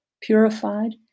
purified